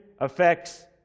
affects